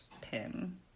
pin